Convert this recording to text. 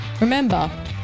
Remember